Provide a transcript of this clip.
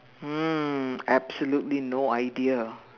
mm absolutely no idea